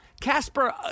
Casper